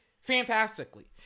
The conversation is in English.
fantastically